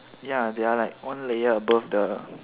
ya they are like one layer above the